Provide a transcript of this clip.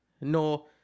No